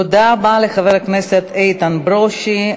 תודה רבה לחבר הכנסת איתן ברושי.